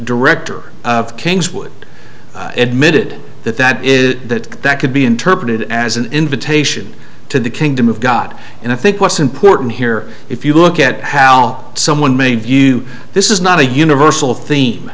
director of kings would admit it that that is that that could be interpreted as an invitation to the kingdom of god and i think what's important here if you look at how someone may view this is not a universal theme